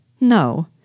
No